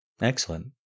Excellent